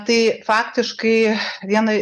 tai faktiškai vienai